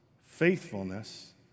faithfulness